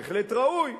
בהחלט ראוי,